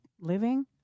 Living